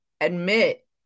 admit